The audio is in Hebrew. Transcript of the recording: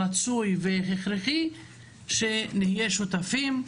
רצוי והכרחי שנהיה שותפים,